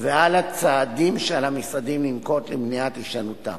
ועל הצעדים שעל המשרדים לנקוט למניעת הישנותם.